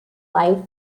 life